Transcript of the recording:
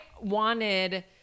wanted